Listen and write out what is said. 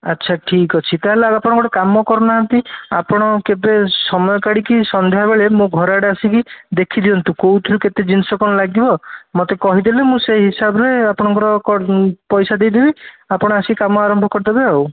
ଆଚ୍ଛା ଠିକ୍ ଅଛି ତାହାଲେ ଆଗ ଆପଣ ଗୋଟେ କାମ କରୁନାହାନ୍ତି ଆପଣ କେବେ ସମୟ କାଢ଼ିକି ସନ୍ଧ୍ୟାବେଳେ ମୋ ଘର ଆଡ଼େ ଆସିକି ଦେଖିଦିଅନ୍ତୁ କୋଉଥିରୁ କେତେ ଜିନିଷ କ'ଣ ଲାଗିବ ମୋତେ କହିଦେଲେ ମୁଁ ସେଇ ହିସାବରେ ଆପଣଙ୍କର ପଇସା ଦେଇଦେବି ଆପଣ ଆସିକି କାମ ଆରମ୍ଭ କରିଦେବେ ଆଉ